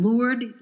Lord